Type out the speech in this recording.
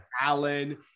Alan